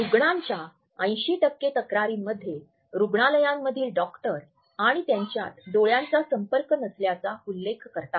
रुग्णांच्या ८० टक्के तक्रारींमध्ये रुग्णालयांमधील डॉक्टर आणि त्यांच्यात डोळ्यांचा संपर्क नसल्याचा उल्लेख करतात